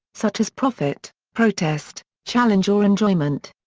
such as profit, protest, challenge or enjoyment.